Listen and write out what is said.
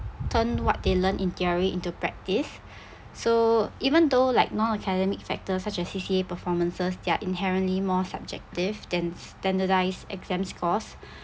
turn what they learn in theory into practice so even though like non-academic factors such as C_C_A performances they're inherently more subjective than s~ standardized exam scores